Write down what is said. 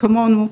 כמונו,